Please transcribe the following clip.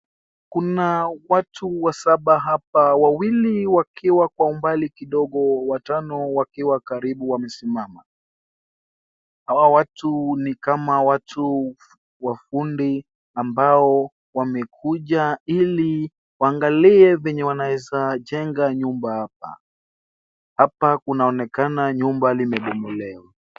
Kuna watu wasaba hapa. Wawili wakiwa kwa umbali kidogo, watano wakiwa karibu wamesimama. Hawa watu ni kama watu wa fundi ambao wamekuja ili waangali vyenye wanaeza jenga nyumba hapa. Hapa kunaonekana nyumba limebomolewa.